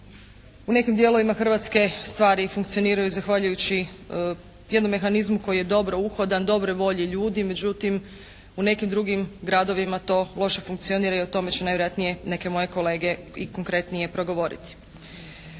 U nekim dijelovima Hrvatske stvari funkcioniraju zahvaljujući jednom mehanizmu koji je dobro uhodan, dobre volje ljudi. Međutim, u nekim drugim gradovima to loše funkcionira i o tome će neke moje kolege i konkretnije progovoriti.